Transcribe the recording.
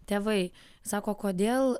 tėvai sako kodėl